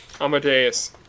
Amadeus